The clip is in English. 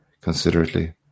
considerately